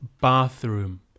bathroom